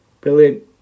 Brilliant